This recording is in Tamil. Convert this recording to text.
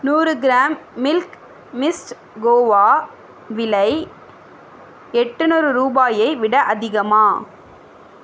நூறு கிராம் மில்க் மிஸ்ட் கோவா விலை எட்டுநூறு ரூபாயை விட அதிகமா